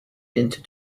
into